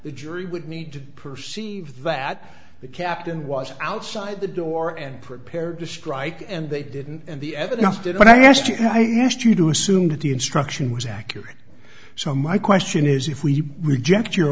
the jury would need to perceive that the captain was outside the door and prepared to strike and they didn't and the evidence did what i asked you i asked you to assume that the instruction was accurate so my question is if we reject your